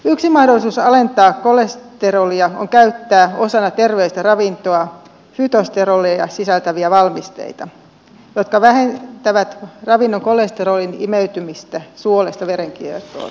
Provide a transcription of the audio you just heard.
yksi mahdollisuus alentaa kolesterolia on käyttää osana terveellistä ravintoa fytosteroleja sisältäviä valmisteita jotka vähentävät ravinnon kolesterolin imeytymistä suolesta verenkiertoon